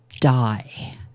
die